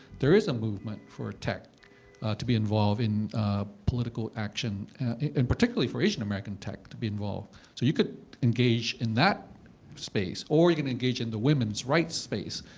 there is a movement for tech to be involved in political action, and particularly for asian-american tech to be involved. so you could engage in that space, or you can engage in the women's rights space,